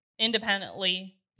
independently